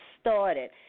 started